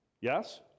yes